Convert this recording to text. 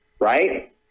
right